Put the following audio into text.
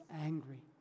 angry